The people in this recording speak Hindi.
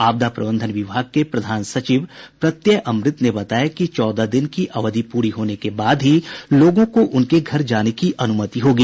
आपदा प्रबंधन विभाग के प्रधान सचिव प्रत्यय अमृत ने बताया कि चौदह दिन की अवधि प्ररी होने के बाद ही लोगों को उनके घर जाने की अनुमति होगी